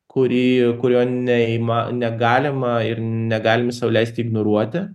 kurį kurio neima negalima ir negalime sau leisti ignoruoti